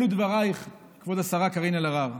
אלו דברייך, כבוד השרה קארין אלהרר,